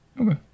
Okay